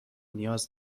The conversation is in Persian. نیاز